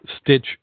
stitch